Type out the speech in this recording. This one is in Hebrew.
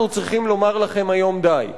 אנחנו צריכים לומר לכם היום: די.